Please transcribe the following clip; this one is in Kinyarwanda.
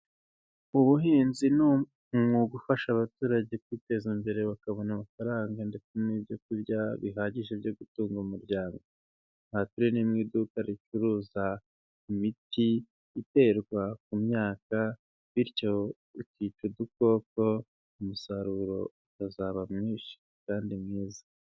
Ubuhinzi ni umwuga ufasha abaturage kwiteza imbere, bakabona amafaranga ndetse n' ibyo kurya bihagije byo gutunga umuryango, aha turi ni mu iduka ricuruza imiti iterwa ku myaka, bityo ukica udukoko umusaruro ukazaba mwinshi kandi mwiza.